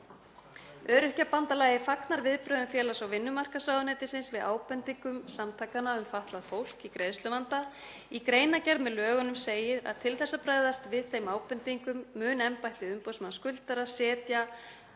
framfæri. 1. ÖBÍ fagnar viðbrögðum Félags- og vinnumarkaðsráðuneytisins við ábendingum samtakanna um fatlað fólk í greiðsluvanda. Í greinargerð með lögunum segir að til að bregðast við þeim ábendingum mun embætti umboðsmanns skuldara setja